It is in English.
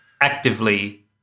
actively